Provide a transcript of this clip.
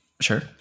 Sure